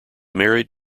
married